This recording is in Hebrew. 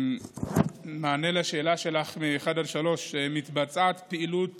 מענה על השאלות שלך, 1 3: מתבצעת פעילות